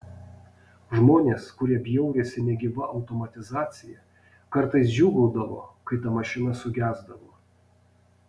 žmonės kurie bjaurisi negyva automatizacija kartais džiūgaudavo kai ta mašina sugesdavo